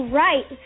right